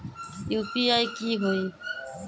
UPI की होई?